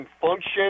function